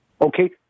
Okay